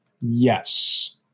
Yes